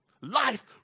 Life